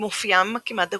עם אופיים הכמעט דוקומנטרי,